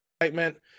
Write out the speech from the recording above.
excitement